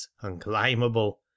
unclimbable